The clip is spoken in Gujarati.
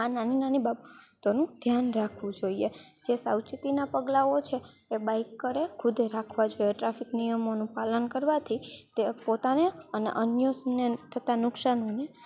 આ નાની નાની બાબતોનું ધ્યાન રાખવું જોઈએ જે સાવચેતીના પગલાઓ છે એ બાઇકરે ખુદે રાખવા જોઈએ ટ્રાફિક નિયમોનું પાલન કરવાથી તે પોતાને અને અન્યોને થતાં નુકસાનોને